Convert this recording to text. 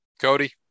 Cody